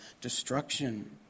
destruction